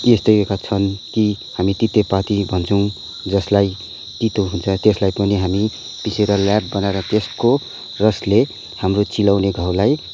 यस्ता छन् कि हामी तितेपाती भन्छौँ जसलाई तितो हुन्छ त्यसलाई पनि हामी पिसेर लेप बनाएर त्यसको रसले हाम्रो चिलाउने घाउलाई